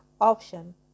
option